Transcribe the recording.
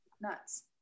Nuts